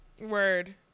word